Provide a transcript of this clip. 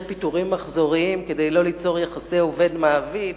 פיטורים מחזוריים כדי לא ליצור יחסי עובד-מעביד,